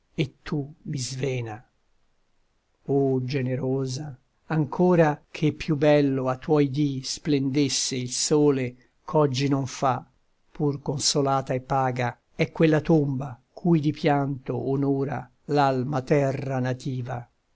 e tu mi svena o generosa ancora che più bello a tuoi dì splendesse il sole ch'oggi non fa pur consolata e paga è quella tomba cui di pianto onora l'alma terra nativa